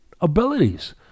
abilities